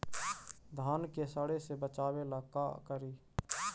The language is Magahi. धान के सड़े से बचाबे ला का करि?